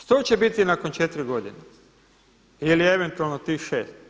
Što će biti nakon 4 godine ili eventualno tih 6?